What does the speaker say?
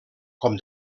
com